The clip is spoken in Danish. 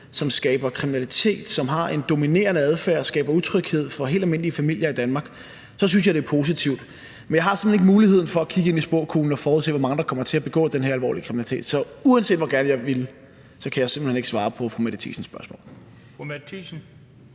som skaber kriminalitet, og som har en dominerende adfærd og skaber utryghed for helt almindelige familier i Danmark, så synes jeg, det er positivt. Men jeg har simpelt hen ikke muligheden for at kigge ind i spåkuglen og forudse, hvor mange der kommer til at begå den her alvorlige kriminalitet. Så uanset hvor gerne jeg ville, kan jeg simpelt hen ikke svare på fru Mette Thiesens spørgsmål.